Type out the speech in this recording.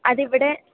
അത് ഇവിടെ